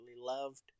loved